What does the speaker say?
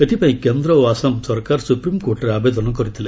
ଏଥିପାଇଁ କେନ୍ଦ୍ର ଓ ଆସାମ ସରକାର ସୁପ୍ରିମ୍କୋର୍ଟ୍ରେ ଆବେଦନ କରିଥିଲେ